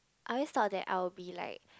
I always thought that I will be like